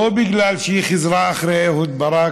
לא בגלל שהיא חיזרה אחרי אהוד ברק